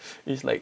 it's like